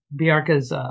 Biarca's